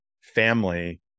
family